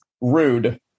rude